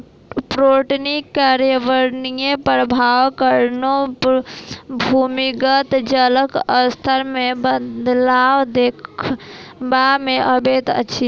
पटौनीक पर्यावरणीय प्रभावक कारणें भूमिगत जलक स्तर मे बदलाव देखबा मे अबैत अछि